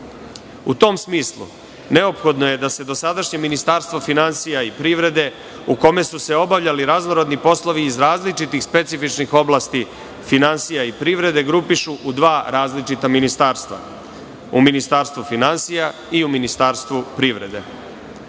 tom smislu neophodno je da se dosadašnje Ministarstvo finansija i privrede, u kome su se obavljali raznorazni poslovi iz raznoraznih, različitih i specifičnih oblasti finansija i privrede grupišu u dva različita ministarstva, u ministarstvu finansija i ministarstvu privrede.U